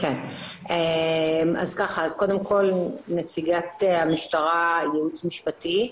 קודם כל נציגת המשטרה, הייעוץ המשפטי.